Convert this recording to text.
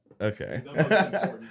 okay